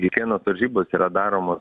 kiekvienos varžybos yra daromos